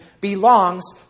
belongs